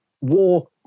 war